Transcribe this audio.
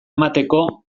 emateko